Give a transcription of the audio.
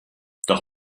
doch